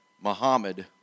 Muhammad